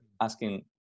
asking